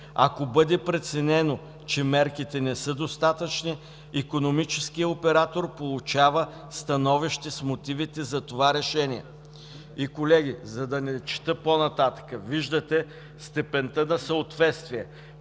Ако бъде преценено, че мерките не са достатъчни, икономическият оператор получава становище с мотивите за това решение”. И, колеги, за да не чета по-нататък – виждате степента на съответствие.